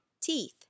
teeth